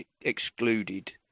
excluded